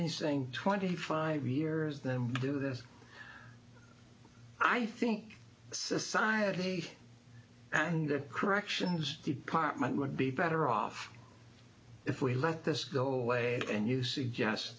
saying twenty five years then do this i think society and the corrections department would be better off if we let this go away and you s